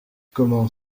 comment